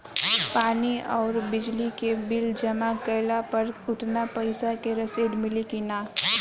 पानी आउरबिजली के बिल जमा कईला पर उतना पईसा के रसिद मिली की न?